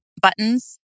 buttons